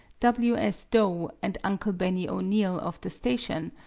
w. s. dough and uncle benny o'neal, of the station,